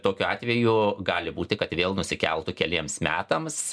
tokiu atveju gali būti kad vėl nusikeltų keliems metams